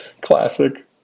Classic